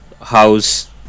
house